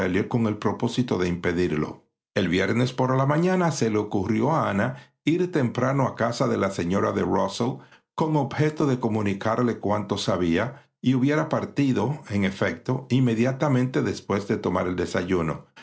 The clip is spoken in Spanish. con el propósito de impedirlo el viernes por la mañana se le ocurrió a ana ir temprano a casa de la señora de rusell con objeto de comunicarle cuanto sáfela y hubiera partido en efecto inmediatamente dewués de tomar el desayuno